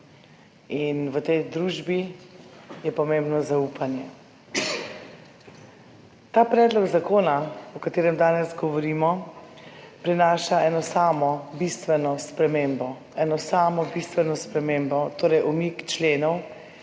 in v tej družbi je pomembno zaupanje. Ta predlog zakona, o katerem danes govorimo, prinaša eno samo bistveno spremembo, eno samo bistveno spremembo, torej umik členov,